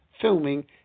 filming